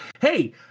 hey